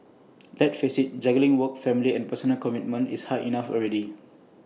let's face IT juggling work family and personal commitments is hard enough already